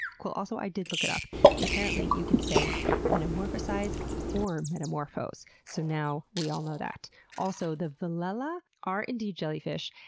cool. also i did look it up and apparently you can say metamorphosize or metamorphose, so now we all know that also the velella are indeed jellyfish,